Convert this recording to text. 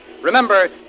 Remember